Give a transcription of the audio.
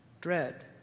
dread